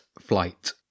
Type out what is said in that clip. Flight